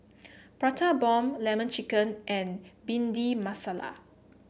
Prata Bomb lemon chicken and Bhindi Masala